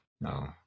No